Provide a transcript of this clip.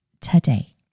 today